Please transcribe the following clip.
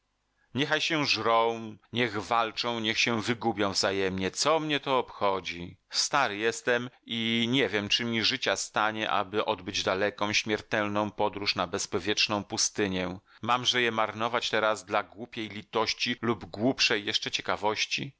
niechaj się żrą niech walczą niech się wygubią wzajemnie co mnie to obchodzi stary jestem i nie wiem czy mi życia stanie aby odbyć daleką śmiertelną podróż na bezpowietrzną pustynię mamże je marnować teraz dla głupiej litości lub głupszej jeszcze ciekawości